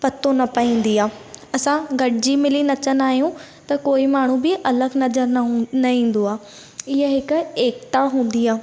पतो न पहिंदी आहे असां गॾिजी मिली नचंदा आहियूं त कोई माण्हू बि अलॻि नज़र न हूं न ईंदो आहे इहा हिकु एकता हूंदी आहे